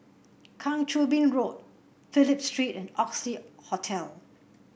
Kang Choo Bin Road Phillip Street and Oxley Hotel